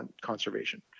conservation